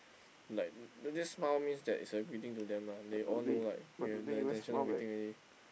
like this smile means that it's a greeting to them lah they all know like you have the intention of greeting already